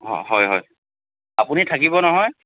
অঁ হয় হয় আপুনি থাকিব নহয়